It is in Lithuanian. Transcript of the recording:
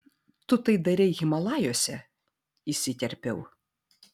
tu tai darei himalajuose įsiterpiau